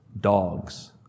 dogs